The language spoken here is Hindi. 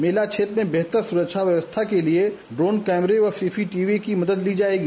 मेला क्षेत्र मे बेहतर सुरक्षा व्यवस्था के लिये ड्रोन कमर व सी सी टीवी की मदद ली जायेगी